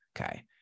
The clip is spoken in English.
Okay